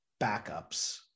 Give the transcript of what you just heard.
backups